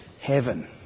heaven